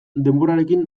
denborarekin